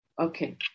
Okay